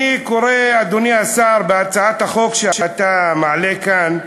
אני קורא, אדוני השר, מהצעת החוק שאתה מעלה כאן,